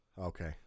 Okay